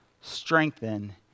strengthen